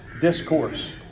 Discourse